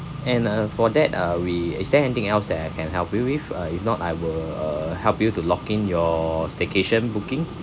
and uh for that uh we is there anything else that I can help you with uh if not I will uh help you to lock in your staycation booking